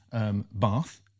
Bath